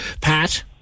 Pat